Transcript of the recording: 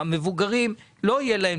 למבוגרים לא יהיה טיפול.